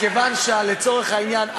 כי לצורך העניין,